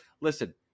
Listen